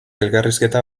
elkarrizketa